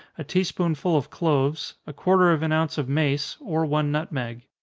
a tea-spoonful of cloves, a quarter of an ounce of mace, or one nutmeg.